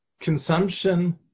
consumption